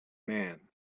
man